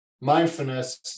mindfulness